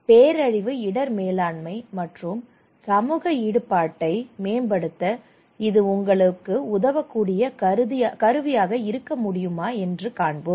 பேரழிவு இடர் மேலாண்மை மற்றும் சமூக ஈடுபாட்டை மேம்படுத்த இது எங்களுக்கு உதவக்கூடிய கருவியாக இருக்க முடியுமா என்று காண்போம்